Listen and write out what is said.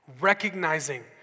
recognizing